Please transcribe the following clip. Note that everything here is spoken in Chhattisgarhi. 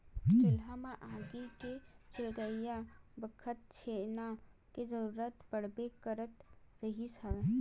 चूल्हा म आगी के सुलगई बखत छेना के जरुरत पड़बे करत रिहिस हवय